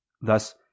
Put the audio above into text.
Thus